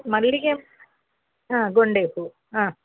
ಮಲ್ಲಿಗೆ ಹಾಂ ಗೊಂಡೆ ಹೂವು ಹಾಂ